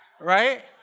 right